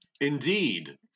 Indeed